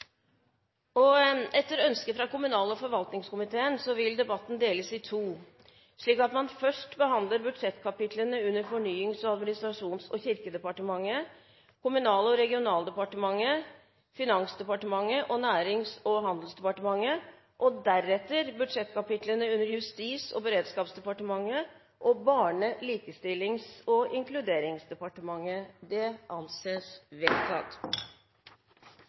Stortinget. Etter ønske fra kommunal- og forvaltningskomiteen vil debatten deles i to, slik at man først behandler budsjettkapitlene under Fornyings-, administrasjons- og kirkedepartementet, Kommunal- og regionaldepartementet, Finansdepartementet og Nærings- og handelsdepartementet, og deretter budsjettkapitlene under Justis- og beredskapsdepartementet og Barne-, likestillings- og inkluderingsdepartementet. – Det anses vedtatt.